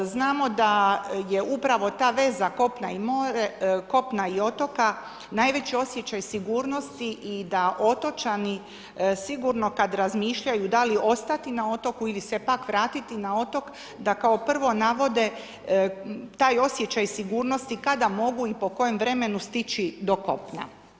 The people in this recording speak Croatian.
Znamo da je upravo ta veza kopna i otoka najveći osjećaj sigurnosti i da otočani sigurno kad razmišljaju da li ostati na otoku ili se pak vratiti na otok, da kao prvo navode taj osjećaj sigurnosti kada mogu i po kojem vremenu stići do kopna.